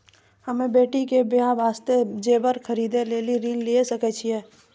हम्मे बेटी के बियाह वास्ते जेबर खरीदे लेली ऋण लिये सकय छियै?